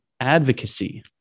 advocacy